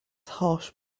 harsh